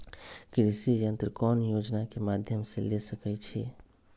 कृषि यंत्र कौन योजना के माध्यम से ले सकैछिए?